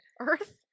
Earth